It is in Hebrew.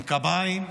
עם קביים,